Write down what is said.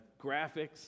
graphics